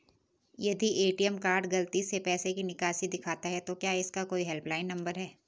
यदि ATM card गलती से पैसे की निकासी दिखाता है तो क्या इसका कोई हेल्प लाइन नम्बर है?